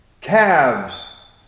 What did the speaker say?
calves